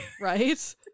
Right